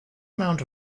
amount